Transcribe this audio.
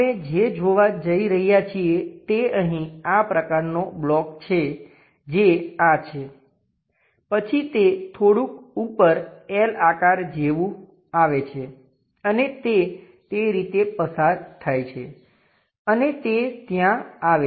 આપણે જે જોવા જઈ રહ્યા છીએ તે અહીં આ પ્રકારનો બ્લોક છે જે આ છે પછી તે થોડુંક ઉપર L આકાર જેવું આવે છે અને તે રીતે પસાર થાય છે અને તે ત્યાં આવે છે